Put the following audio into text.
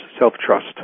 self-trust